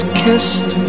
kissed